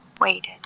waited